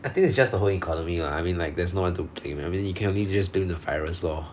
I think it's just the whole economy lah I mean like there's no one to ca~ I mean you can only just blame the virus lor